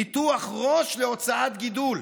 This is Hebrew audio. ניתוח ראש להוצאת גידול,